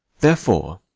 therefore